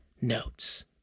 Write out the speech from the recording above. notes